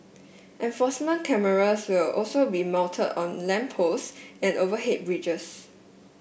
enforcement cameras will also be mounted on lamp posts and overhead bridges